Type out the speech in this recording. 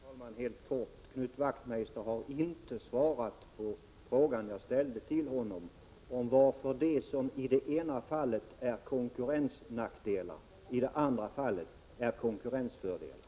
Herr talman! Helt kort: Knut Wachtmeister har inte svarat på frågan jag ställde till honom om varför det som i det ena fallet är konkurrensnackdelar i det andra är konkurrensfördelar.